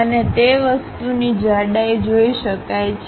અને તે વસ્તુની જાડાઈ જોઇ શકાય છે